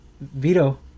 Vito